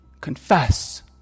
confess